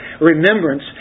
Remembrance